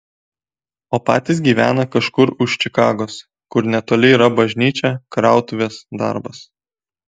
o patys gyvena kažkur už čikagos kur netoli yra bažnyčia krautuvės darbas